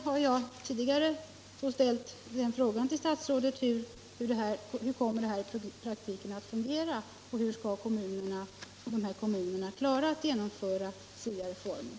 Jag har tidigare ställt frågorna till stats SS rådet: Hur kommer det att fungera i praktiken och hur skall kommunerna klara av att genomföra SIA-reformen?